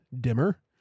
dimmer